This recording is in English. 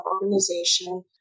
organization